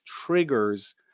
triggers